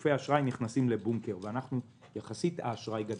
גופי אשראי נכנסים לבונקר, ויחסית האשראי גדל.